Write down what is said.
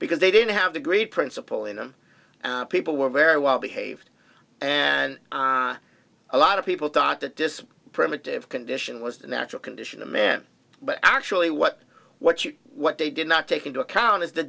because they didn't have the great principle in them people were very well behaved and a lot of people thought that this primitive condition was the natural condition of man but actually what what you what they did not take into account is the